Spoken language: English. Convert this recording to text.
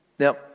Now